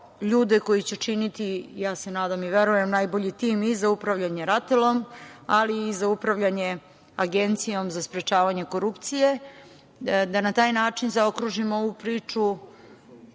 ljude koji će činiti, ja se nadam i verujem, najbolji tim i za upravljanjem RATELOM ali i za upravljanje Agencijom za sprečavanje korupcije, da na taj način zaokružimo ovu priču,